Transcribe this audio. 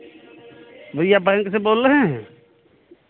भैया बैंक से बोल रहे हैं